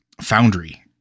Foundry